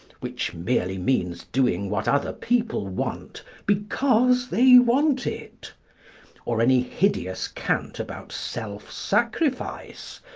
which merely means doing what other people want because they want it or any hideous cant about self sacrifice,